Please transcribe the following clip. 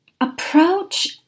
approach